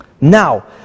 Now